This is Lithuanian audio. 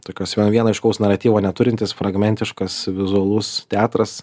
tokios vieno aiškaus naratyvo neturintis fragmentiškas vizualus teatras